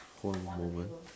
hold on one moment